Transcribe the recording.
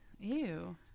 Ew